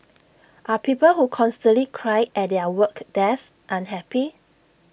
are people who constantly cry at their work desk unhappy